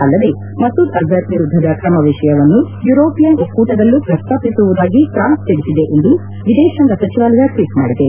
ಅಲ್ಲದೇ ಮಸೂದ್ ಅಜರ್ ವಿರುದ್ದದ ಕ್ರಮ ವಿಷಯವನ್ನು ಯೂರೋಪಿಯನ್ ಒಕ್ಕೂಟದಲ್ಲೂ ಪ್ರಸ್ತಾಪಿಸುವುದಾಗಿ ಪ್ರಾನ್ಸ್ ತಿಳಿಸಿದೆ ಎಂದು ವಿದೇಶಾಂಗ ಸಚಿವಾಲಯ ಟ್ವೀಟ್ ಮಾಡಿದೆ